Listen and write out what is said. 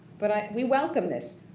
but we welcome this,